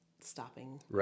stopping